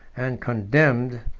and condemned,